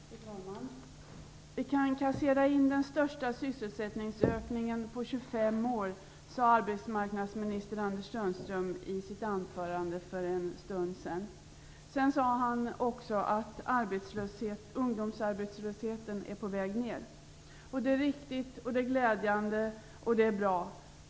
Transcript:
Fru talman! Vi kan kassera in den största sysselsättningsökningen på 25 år, sade arbetsmarknadsminister Anders Sundström i sitt anförande för en stund sedan. Sedan sade han också att ungdomsarbetslösheten är på väg ner. Det är riktigt, det är glädjande, och det är bra.